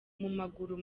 maguru